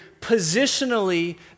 Positionally